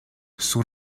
sus